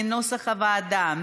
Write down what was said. כנוסח הוועדה.